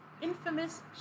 Infamous